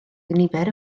nifer